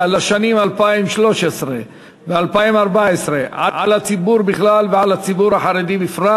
לשנים 2013 ו-2014 על הציבור בכלל ועל הציבור החרדי בפרט